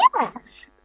Yes